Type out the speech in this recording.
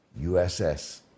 USS